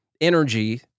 energy